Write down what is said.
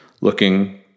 looking